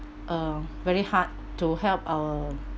um very hard to help our